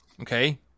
Okay